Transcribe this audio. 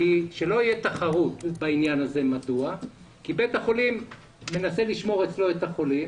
ושלא תהיה תחרות בעניין הזה כי בית החולים מנסה לשמור אצלו את החולים